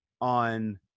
on –